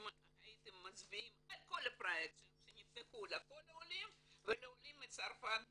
הייתם מצביעים על כל הפרויקטים שנפתחו לכל העולים ולעולים מצרפת בפרט.